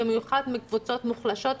במיוחד מקבוצות מוחלשות,